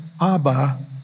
Abba